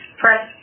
press